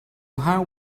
how